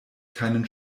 keinen